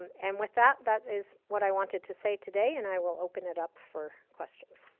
um and with that, that is what i wanted to say today, and i will open it up for questions.